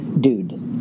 dude